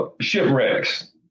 shipwrecks